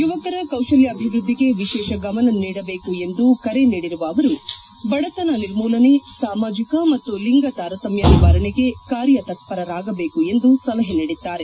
ಯುವಕರ ಕೌಶಲ್ಲಾಭಿವೃದ್ದಿಗೆ ವಿಶೇಷ ಗಮನ ನೀಡಬೇಕು ಎಂದು ಕರೆ ನೀಡಿರುವ ಅವರು ಬಡತನ ನಿರ್ಮೂಲನೆ ಸಾಮಾಜಿಕ ಮತ್ತು ಲಿಂಗ ತಾರತಮ್ಮ ನಿವಾರಣೆಗೆ ಕಾರ್ಯತತ್ವರರಾಗಬೇಕು ಎಂದು ಸಲಹೆ ನೀಡಿದ್ದಾರೆ